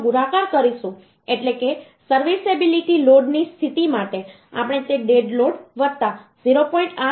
8 નો ગુણાકાર કરીશું એટલે કે સર્વિસએબિલિટી લોડ ની સ્થિતિ માટે આપણે તે ડેડ લોડ 0